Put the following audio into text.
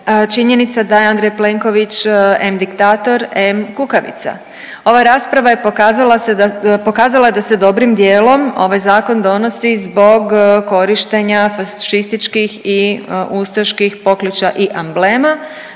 činjenica da je Andrej Plenković em diktator, em kukavica. Ova rasprava je pokazala se da, pokazala je da se dobrim dijelom ovaj zakon donosi zbog korištenja fašističkih i ustaških pokliča i amblema